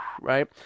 Right